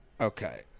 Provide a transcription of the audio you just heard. okay